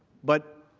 but,